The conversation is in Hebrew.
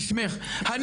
בשמך,